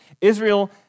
Israel